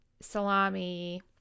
salami